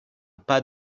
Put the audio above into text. pas